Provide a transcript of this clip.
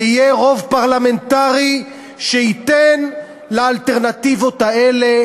ויהיה רוב פרלמנטרי שייתן לאלטרנטיבות האלה